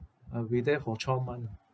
I'll be there for twelve month